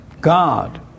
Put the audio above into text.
God